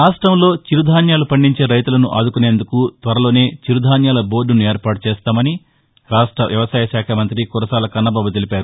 రాష్టంలో చిరుధాన్యాలు పండించే రైతులను ఆదుకునేందుకు త్వరలోనే చిరుధాన్యాల బోర్దును ఏర్పాటు చేస్తామని రాష్ట వ్యవసాయ శాఖ మంత్రి కురసాల కన్నబాబు తెలిపారు